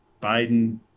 Biden